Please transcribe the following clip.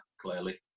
clearly